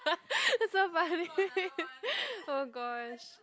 that's so funny oh gosh